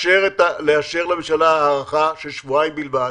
לאשר לממשלה הארכה של שבועיים בלבד,